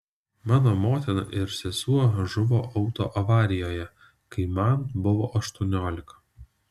mano motina ir sesuo žuvo autoavarijoje kai man buvo aštuoniolika